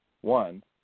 one